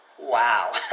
Wow